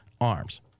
arms